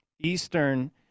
Eastern